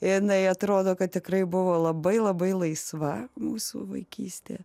jinai atrodo kad tikrai buvo labai labai laisva mūsų vaikystė